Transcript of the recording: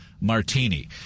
martini